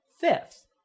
fifth